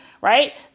right